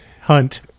hunt